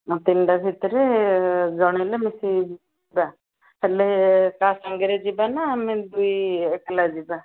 ମୋତେ ତିନିଟା ଭିତରେ ଜଣାଇଲେ ମିଶିକି ଯିବା ହେଲେ କାହା ସାଙ୍ଗରେ ଯିବା ନା ଆମେ ଦୁଇ ଏକେଲା ଯିବା